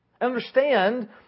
Understand